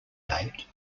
date